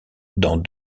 dans